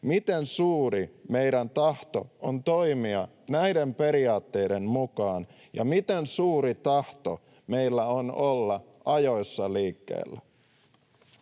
miten suuri meidän tahto on toimia näiden periaatteiden mukaan ja miten suuri tahto meillä on olla ajoissa liikkeellä.